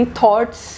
thoughts